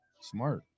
Smart